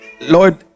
lord